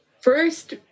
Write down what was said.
first